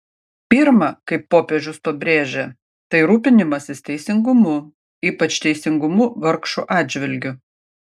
pirma kaip popiežius pabrėžė tai rūpinimasis teisingumu ypač teisingumu vargšų atžvilgiu